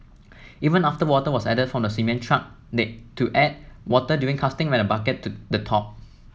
even after water was added from the cement truck they to add water during casting when the bucket the top